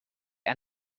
and